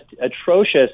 atrocious